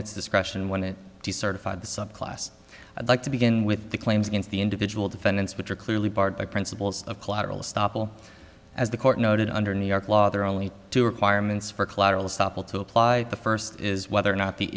its discretion when it certified the subclass like to begin with the claims against the individual defendants which are clearly barred by principles of collateral estoppel as the court noted under new york law there are only two requirements for collateral estoppel to apply the first is whether or not the